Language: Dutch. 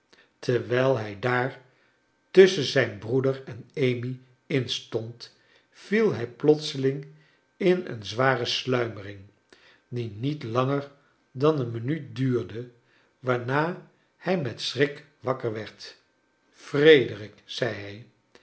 terwijl hij daar tusschen zijn broeder en amy in stond viel hij plotseling in een zware simmering die niet langer dan een minuut duurde waarna hij met schrik wakker werd frederik zei